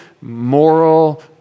moral